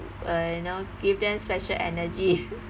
uh you know give them special energy